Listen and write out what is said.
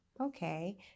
Okay